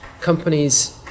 companies